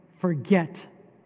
forget